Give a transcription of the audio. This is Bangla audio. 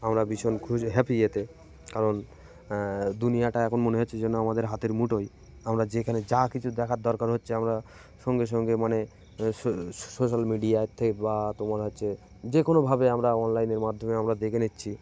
আমরা ভীষণ খুশি হ্যাপি এতে কারণ দুনিয়াটা এখন মনে হচ্ছে যেন আমাদের হাতের মুঠোয় আমরা যেখানে যা কিছু দেখার দরকার হচ্ছে আমরা সঙ্গে সঙ্গে মানে সো সোশ্যাল মিডিয়ার থেকে বা তোমার হচ্ছে যে কোনোভাবে আমরা অনলাইনের মাধ্যমে আমরা দেখে নিচ্ছি